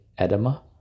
edema